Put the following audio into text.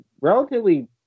Relatively